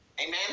amen